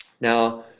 Now